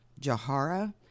Jahara